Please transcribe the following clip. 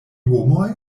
homoj